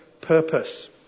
purpose